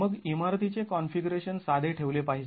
मग इमारतीचे कॉन्फिगरेशन साधे ठेवले पाहिजे